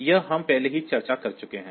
यह हम पहले ही चर्चा कर चुके हैं